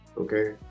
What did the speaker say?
okay